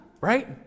right